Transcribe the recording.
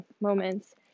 moments